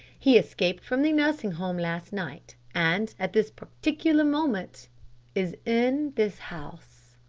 he escaped from the nursing home last night and at this particular moment is in this house.